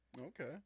Okay